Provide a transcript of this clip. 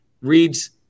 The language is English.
reads